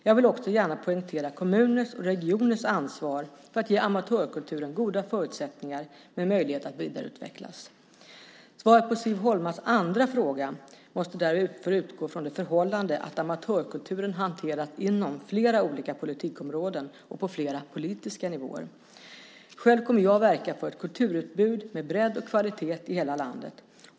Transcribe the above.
Jag vill också gärna poängtera kommuners och regioners ansvar för att ge amatörkulturen goda förutsättningar, med möjlighet att vidareutvecklas. Svaret på Siv Holmas andra fråga måste därför utgå från det förhållande att amatörkulturen hanteras inom flera politikområden och på flera politiska nivåer. Själv kommer jag att verka för ett kulturutbud med bredd och kvalitet i hela landet.